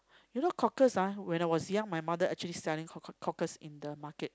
you know cockles ah when I was young my mother actually selling cock~ cockles in the market